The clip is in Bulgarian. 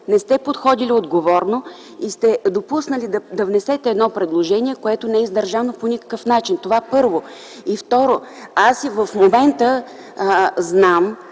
не сте подходили отговорно и сте допуснали да внесете едно предложение, което не е издържано по никакъв начин. Това – първо. И второ, аз и в момента знам